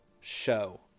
show